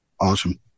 Awesome